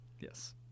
Yes